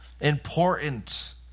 important